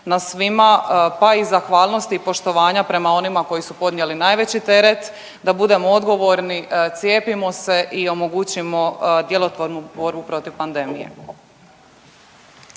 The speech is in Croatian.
na svima, pa i zahvalnost i poštovanja prema onima koji su podnijeli najveći teret da budemo odgovorni, cijepimo se i omogućimo djelotvornu borbu protiv pandemije.